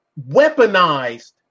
weaponized